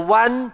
one